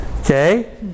okay